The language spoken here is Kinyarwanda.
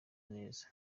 neza